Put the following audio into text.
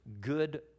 good